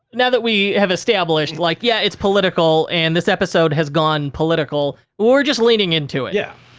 now that we have established, like, yeah, it's political and this episode has gone political, we're just leaning into it. yeah.